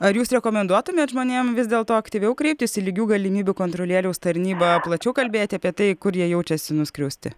ar jūs rekomenduotumėt žmonėm vis dėlto aktyviau kreiptis į lygių galimybių kontrolieriaus tarnybą plačiau kalbėti apie tai kur jie jaučiasi nuskriausti